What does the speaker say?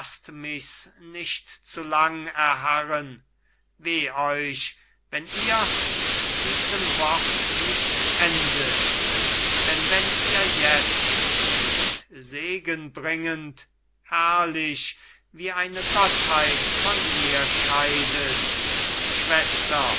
nicht zu lang erharren weh euch wenn ihr mit diesem wort nicht endet denn wenn ihr jetzt nicht segenbringend herrlich wie eine gottheit von mir scheidet schwester